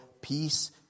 peace